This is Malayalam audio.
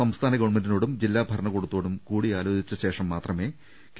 സംസ്ഥാന ഗവൺമെന്റിനോടും ജില്ലാ ഭരണകൂട ത്തോടും കൂടിയാലോചിച്ച് മാത്രമേ കെ